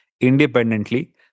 independently